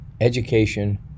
education